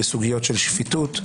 בסוגיות השפיטות,